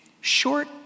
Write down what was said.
short